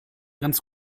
ganz